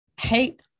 hate